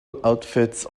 outfits